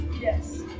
Yes